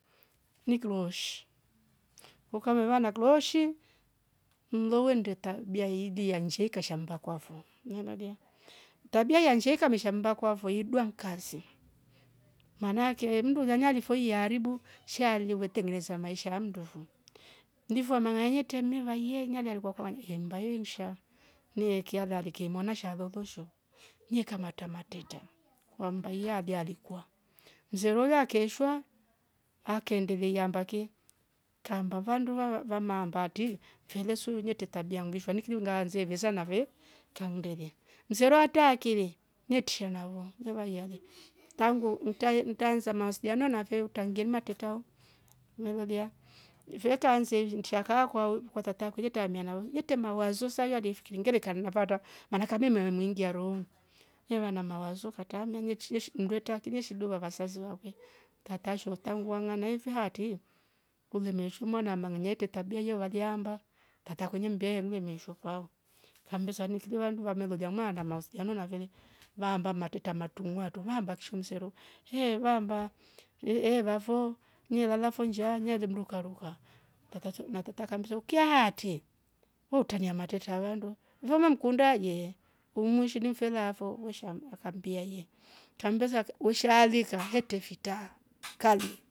Niklooshi ukameva na klooshi nlo we nnde tabia ili ya nsha ikasha kwafo, umelolya tabi yi ya nsah ikamesha mmba kwafo iidua ni kasi. maana yake mmndu so aali fo iyaaribu shi ali we trengenesa maisha ya mnndu fo, mlifu wama mang'anya atre mmi vai ye nalialikwa kimba- mbayo nsha. niiki alllalike imwana sha loolo sho, neeka ekamatreta na mmba yo alikwa msero ulya akeeshwa akeendelea iamba ki akaamba vandu va vamaamba tri, mfele su etre tabia nvishwa niiki ngaasa ivesa nafe kanndelie. msero attre akili ne trisha navo ne vaiya le trangu ntra ntaasa mahusiano nafe, mtangiiye matreta o mmelolya, fe kaansa ifindisha kaa kwao kwa tataa kwe etramia nao etre mawaso sa yoo alefikiri ngelekna nafe atra maana ake ameeme muingia rohoni, neva na mawwaso katraamia mndu netre akili eshi duva vasasi vakwe, tata sho tangu wang'ana ife haatri umeishwe mwana ama ng'anya atre tabia yo waliaamba?, tata nembia ehe ngile me ishwe fao kammbesa niiki vandu vamelolya nime anda mahusiano nafe le vaaamba matreta. matwre aatro, vaa amb aki sho msero? Eeeh vaamba eeh vafo nelala fo nshaaa neeli mruka ruka na tata so kambia ukyaaa haatri wehutrania matreta avandu? Ife umemkunda? Ye. umuishi ni mfele afo? Wesha- akambia ye, kambesa we shaalika hetre fitra kali